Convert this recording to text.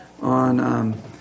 on